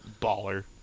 baller